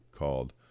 called